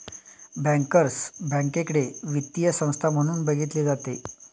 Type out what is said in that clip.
bankers बँकेकडे वित्तीय संस्था म्हणून बघितले जाते